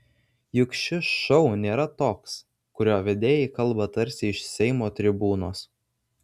juk šis šou nėra toks kurio vedėjai kalba tarsi iš seimo tribūnos